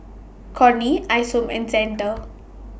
Corrine Isom and Xander